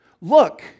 look